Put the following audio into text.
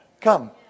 Come